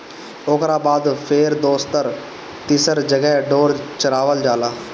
ओकरा बाद फेर दोसर तीसर जगह ढोर चरावल जाला